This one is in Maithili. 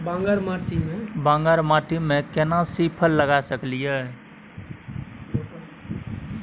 बांगर माटी में केना सी फल लगा सकलिए?